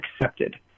accepted